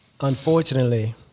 unfortunately